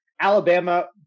Alabama